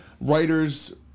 writers